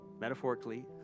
metaphorically